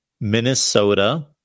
Minnesota